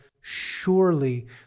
surely